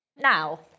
Now